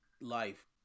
life